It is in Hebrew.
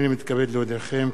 הנני מתכבד להודיעכם,